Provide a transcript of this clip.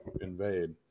invade